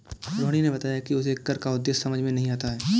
रोहिणी ने बताया कि उसे कर का उद्देश्य समझ में नहीं आता है